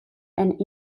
and